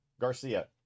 Garcia